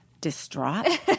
distraught